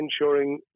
ensuring